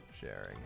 Sharing